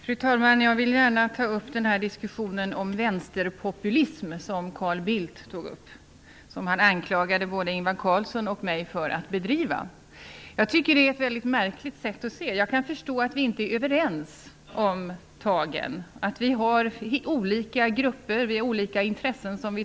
Fru talman! Jag vill gärna ta upp diskussionen om den vänsterpopulism som Carl Bildt anklagade både Ingvar Carlsson och mig för att bedriva. Det är ett mycket märkligt synsätt. Jag kan förstå att vi inte är överens om tagen och att vi talar för olika grupper och intressen.